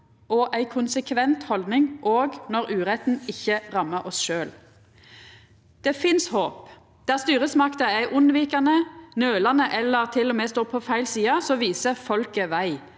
og ei konsekvent haldning, òg når uretten ikkje rammar oss sjølve. Det finst håp. Der styresmaktene er unnvikande, nølande eller til og med står på feil side, viser folket veg.